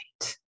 Right